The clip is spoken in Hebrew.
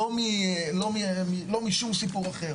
לא משום סיפור אחר.